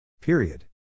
Period